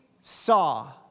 saw